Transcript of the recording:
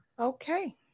okay